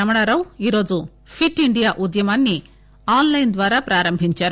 రామణారావు ఈరోజు fit India ఉద్యమాన్ని online ద్వారా ప్రారంభించారు